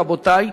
רבותי,